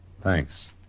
Thanks